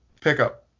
pickup